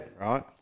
right